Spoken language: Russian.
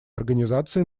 организации